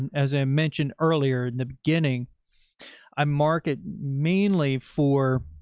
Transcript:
and as i mentioned earlier in the beginning i'm market, mainly for.